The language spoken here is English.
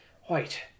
White